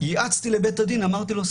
ייעצתי לבית הדין ואמרתי לו,